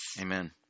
Amen